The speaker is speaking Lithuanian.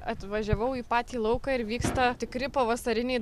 atvažiavau į patį lauką ir vyksta tikri pavasariniai